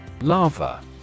Lava